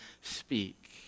speak